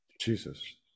Jesus